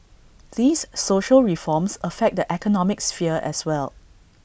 these social reforms affect the economic sphere as well